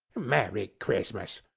merry christmas!